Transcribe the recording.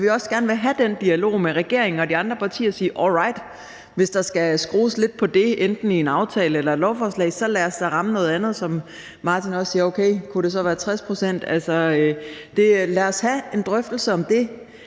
at vi også gerne vil have den dialog med regeringen og de andre partier. Så vi siger: All right, hvis der skal skrues lidt på det, enten i en aftale eller i et lovforslag, så lad os da ramme noget andet. Som Martin også siger: Okay, det kunne også være 60 pct. Lad os tage en drøftelse om det.